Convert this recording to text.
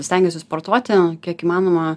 stengiuosi sportuoti kiek įmanoma